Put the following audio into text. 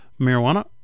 marijuana